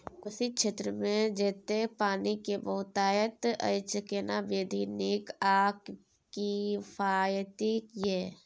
कोशी क्षेत्र मे जेतै पानी के बहूतायत अछि केना विधी नीक आ किफायती ये?